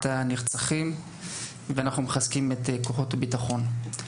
הנרצחים ואנחנו מחזקים את כוחות הביטחון.